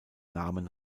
namen